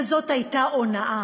וזאת הייתה הונאה,